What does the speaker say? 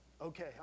okay